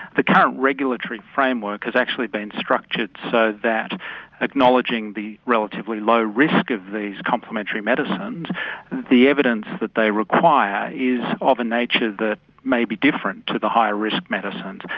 the current regulatory framework has actually been structured so that acknowledging the relatively low risk of these complementary medicines the evidence that they require is of a nature that may be different to the high risk medicines.